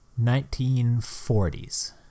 1940s